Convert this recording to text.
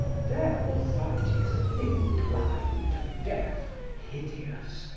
their authority is a thing blind, deaf, hideous,